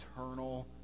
eternal